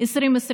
2022